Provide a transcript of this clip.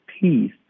peace